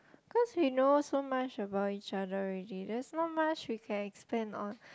cause we know so much about each other already there's not much we can expand on